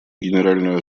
генеральную